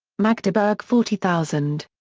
magdeburg forty thousand.